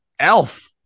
Elf